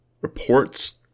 reports